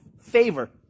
favor